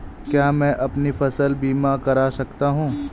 क्या मैं अपनी फसल बीमा करा सकती हूँ?